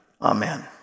amen